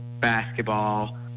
basketball